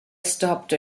stopped